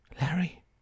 Larry